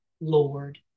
Lord